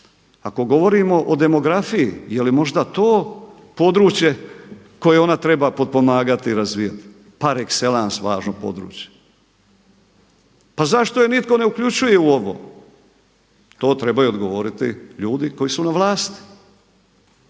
Ako govorimo o demografiji jeli možda to područje koje ona treba potpomagati i razvijati, par excellence važno područje. Pa zašto je nitko ne uključuje u ovo, to trebaju odgovoriti ljudi koji su na vlasti.